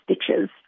stitches